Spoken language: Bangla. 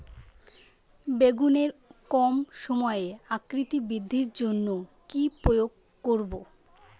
বেগুনের কম সময়ে আকৃতি বৃদ্ধির জন্য কি প্রয়োগ করব?